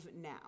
now